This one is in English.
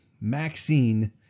Maxine